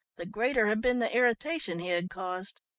the greater had been the irritation he had caused.